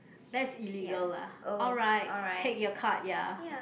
that's illegal lah alright take your card ya